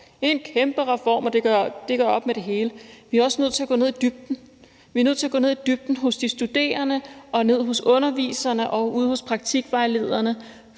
en kæmpe reform, som gør op med det hele. For vi er også nødt til at gå ned i dybden hos de studerende, hos underviserne og ude hos praktikvejlederne,